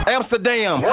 Amsterdam